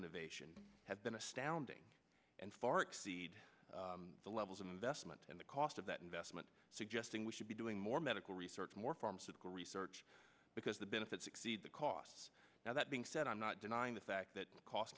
innovation have been astounding and far exceed the levels of investment and the cost of that investment suggesting we should be doing more medical research more pharmaceutical research because the benefits exceed the costs now that being said i'm not denying the fact that cost